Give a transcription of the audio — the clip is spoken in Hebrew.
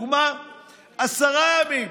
לדוגמה, עשרה ימים,